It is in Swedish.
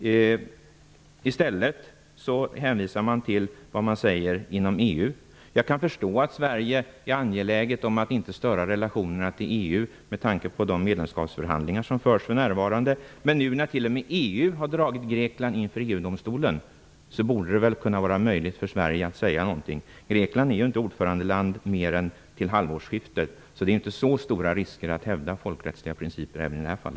I stället hänvisar man till vad som sägs inom EU. Jag kan förstå att Sverige är angeläget om att inte störa relationerna till EU med tanke på de medlemskapsförhandlingar som för närvarande förs, men nu när EU t.o.m. har dragit Grekland inför EU-domstolen borde det väl vara möjligt för Sverige att säga någonting. Grekland är inte ordförandeland mer än till halvårsskiftet, och det är därför inte så stora risker förenade med att hävda folkrättsliga principer även i detta fall.